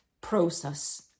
process